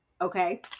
Okay